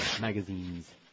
Magazines